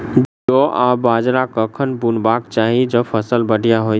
जौ आ बाजरा कखन बुनबाक चाहि जँ फसल बढ़िया होइत?